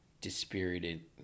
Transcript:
dispirited